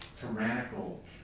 tyrannical